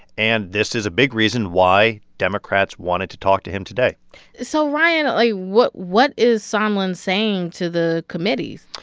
and this is a big reason why democrats wanted to talk to him today so, ryan, ryan, like, what what is sondland saying to the committees?